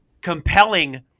compelling